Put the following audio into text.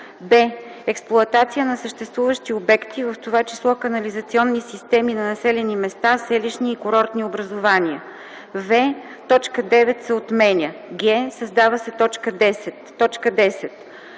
б) експлоатация на съществуващи обекти, в т. ч. канализационни системи на населени места, селищни и курортни образувания;” в) точка 9 се отменя; г) създава се т.